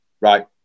right